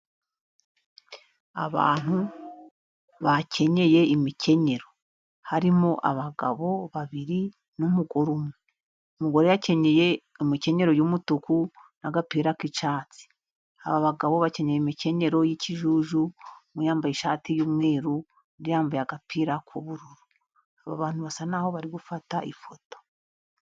Abantu bakenyeye imikenyero harimo abagabo babiri n'umugore umwe, umugore akenyeye imikenyerero y'umutuku na gapira k'icyatsi, aba bagabo bakenye imikenyero y'ikijuju umwe yambaye ishati y'umweru, undi yambaye agapira k'ubururu, aba bantu basa naho bari gufata ifoto.